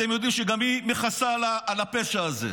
אתם יודעים שגם היא מכסה על הפשע הזה.